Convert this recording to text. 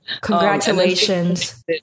Congratulations